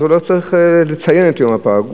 לא צריך לציין את יום הפג,